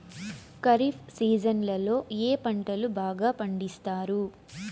ఖరీఫ్ సీజన్లలో ఏ పంటలు బాగా పండిస్తారు